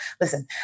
Listen